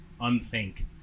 unthink